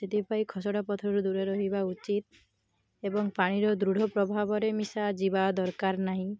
ସେଥିପାଇଁ ଖସଡ଼ା ପଥରୁ ଦୂରେ ରହିବା ଉଚିତ ଏବଂ ପାଣିର ଦୃଢ଼ ପ୍ରଭାବରେ ମିଶା ଯିବା ଦରକାର ନାହିଁ